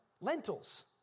Lentils